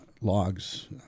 logs